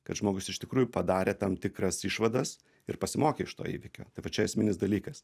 kad žmogus iš tikrųjų padarė tam tikras išvadas ir pasimokė iš to įvykio tai va čia esminis dalykas